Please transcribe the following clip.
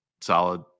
solid